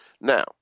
Now